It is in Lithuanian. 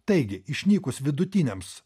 taigi išnykus vidutiniams